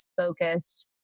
focused